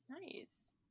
nice